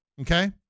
Okay